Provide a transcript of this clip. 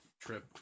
trip